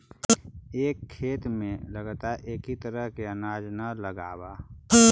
एक खेत में लगातार एक ही तरह के अनाज न लगावऽ